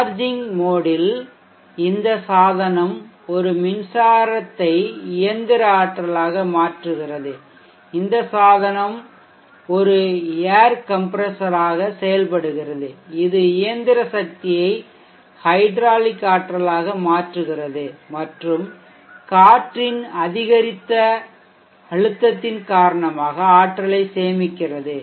charging மோடில் பயன்முறையில் இந்த சாதனம் ஒரு மின்சாரத்தை இயந்திர ஆற்றலாக மாற்றுகிறது இந்த சாதனம் ஒரு ஏர் கம்ப்ரெசராக செயல்படுகிறது இது இயந்திர சக்தியை ஹைட்ராலிக் ஆற்றலாக மாற்றுகிறது மற்றும் காற்றின் அதிகரித்த அழுத்தத்தின் காரணமாக ஆற்றலை சேமிக்கிறது